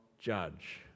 judge